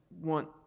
want